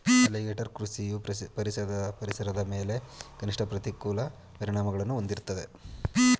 alligator ಕೃಷಿಯು ಪರಿಸರದ ಮೇಲೆ ಕನಿಷ್ಠ ಪ್ರತಿಕೂಲ ಪರಿಣಾಮಗಳನ್ನು ಹೊಂದಿರ್ತದೆ